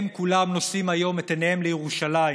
הם כולם נושאים היום את עיניהם לירושלים.